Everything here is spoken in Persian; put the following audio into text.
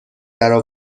درا